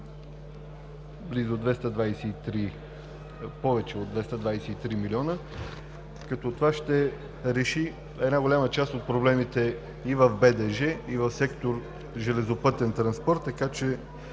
повече от 223 милиона. Това ще реши една голяма част от проблемите и в БДЖ, и в Сектор „Железопътен транспорт“, така че